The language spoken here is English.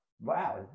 Wow